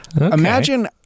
Imagine